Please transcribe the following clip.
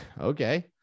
Okay